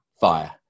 fire